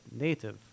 native